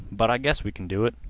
but i guess we kin do it.